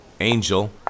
Angel